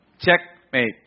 Checkmate